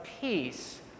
peace